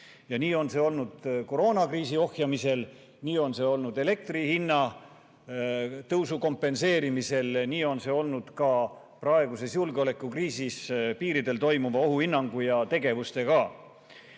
Nii on see olnud koroonakriisi ohjamisel, nii on see olnud elektri hinna tõusu kompenseerimisel, nii on see olnud ka praeguses julgeolekukriisis piiridel toimuva ohuhinnangu ja tegevustega.